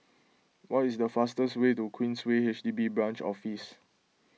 what is the fastest way to Queensway H D B Branch Office